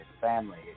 family